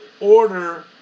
order